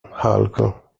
halko